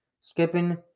skipping